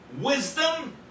wisdom